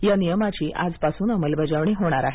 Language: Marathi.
या नियमाची आजपासून अंमलबजावणी होणार आहे